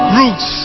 roots